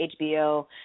HBO